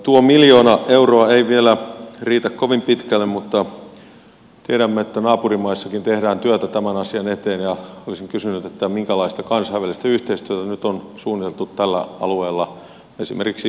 tuo miljoona euroa ei vielä riitä kovin pitkälle mutta tiedämme että naapurimaissakin tehdään työtä tämän asian eteen ja olisin kysynyt minkälaista kansainvälistä yhteistyötä nyt on suunniteltu tällä alueella esimerkiksi virolaisten kanssa